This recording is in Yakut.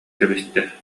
кэбистэ